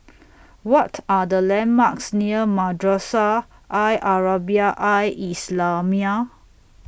What Are The landmarks near Madrasah Al Arabiah Al Islamiah